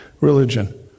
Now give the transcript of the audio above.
religion